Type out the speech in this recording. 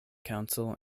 council